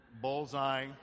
bullseye